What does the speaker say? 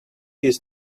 his